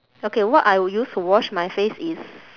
okay what I would use to wash my face is